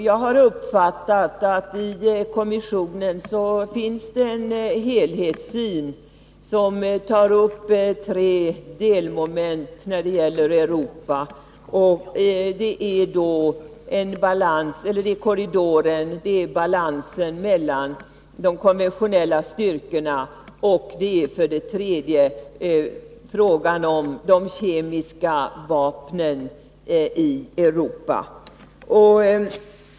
Jag har uppfattningen att det i kommissionen finns en helhetssyn med tre delmoment när det gäller Europa. Det är själva korridoren, balansen mellan de konventionella styrkorna och frågan om de kemiska vapnen i Europa.